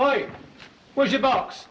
oh it was a box